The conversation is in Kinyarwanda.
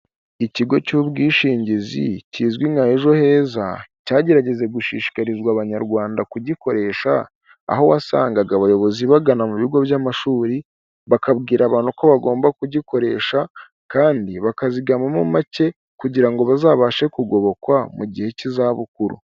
Ikigo cy'ubwishingizi kizwi nka EjoHeza, cyagerageje gushishikarizwa abanyarwanda kugikoresha, aho wasangaga abayobozi bagana mu bigo by'amashuri bakabwira abantu ko bagomba kugikoresha, kandi bakazigamamo make kugira ngo bazabashe kugobokwakwa mu gihe cy'izabukuru.